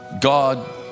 God